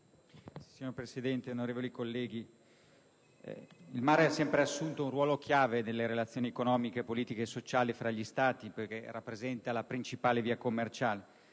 il mare ha sempre assunto un ruolo fondamentale nelle relazioni economiche, politiche e sociali tra gli Stati perché rappresenta la principale via commerciale.